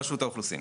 רשות האוכלוסין.